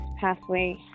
pathway